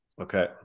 Okay